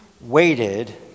waited